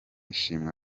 shima